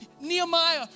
Nehemiah